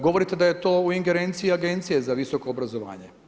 Govorite da je to u ingerenciji Agencije za visoko obrazovanje.